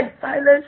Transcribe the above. silence